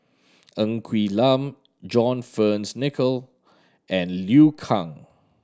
Ng Quee Lam John Fearns Nicoll and Liu Kang